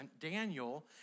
Daniel